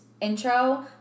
intro